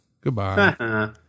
Goodbye